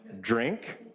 drink